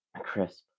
Crisp